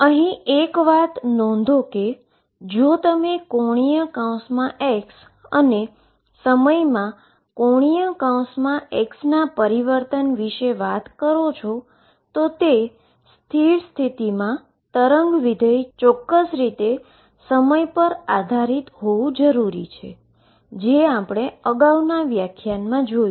અહી એક વાત અહી નોંધો કે જો તમે ⟨x⟩ અને સમય માં ⟨x⟩ ના પરિવર્તન વિશે વાત કરો છોતો સ્ટેશનરી સ્ટેટમાં વેવ ફંક્શન ચોક્ક્સ રીતે સમય પર આધારિત હોવું જરૂરી છે જે આપણે અગાઉના વ્યાખ્યાનમા જોયું